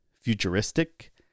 futuristic